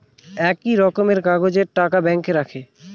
একই রকমের কাগজের টাকা ব্যাঙ্কে রাখে